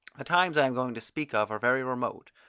the times i am going to speak of are very remote.